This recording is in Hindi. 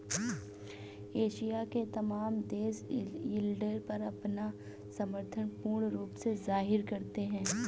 एशिया के तमाम देश यील्ड पर अपना समर्थन पूर्ण रूप से जाहिर करते हैं